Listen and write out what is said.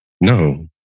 no